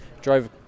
drove